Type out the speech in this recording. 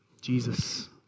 Jesus